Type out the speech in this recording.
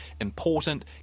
important